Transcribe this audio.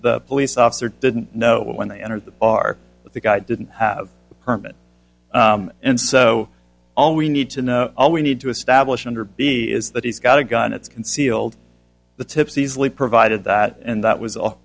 the police officer didn't know when they enter the bar but the guy didn't have a permit and so all we need to know all we need to establish under b is that he's got a gun it's concealed the tips easily provided that and that was all